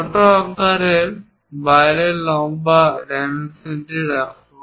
ছোট আকারের বাইরে লম্বা ডাইমেনশন রাখুন